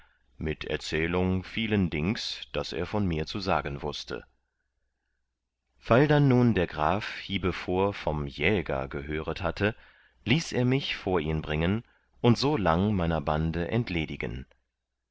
mit erzählung vielen dings das er von mir zu sagen wußte weil dann nun der graf hiebevor vom jäger gehöret hatte ließ er mich vor ihn bringen und so lang meiner bande entledigen